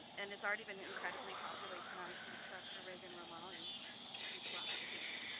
and it's already been incredibly popular you can always see dr. reagan ramallah replied here